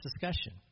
discussion